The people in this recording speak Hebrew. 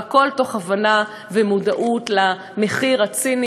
והכול מתוך הבנה ומודעות למחיר הציני